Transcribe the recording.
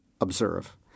observe